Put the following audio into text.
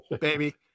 baby